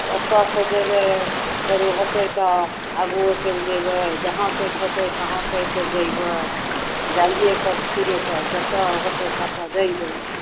ओत्तऽ सऽ जेबै फेरो होतै तऽ आगुओ चलि जेबै जहाँ तक होतै तहाँ तक जेबै जाइए पर छियै तऽ जत्तऽ होतै तत्तऽ जेबै